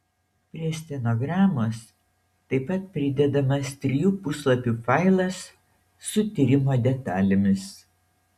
prie stenogramos taip pat pridedamas trijų puslapių failas su tyrimo detalėmis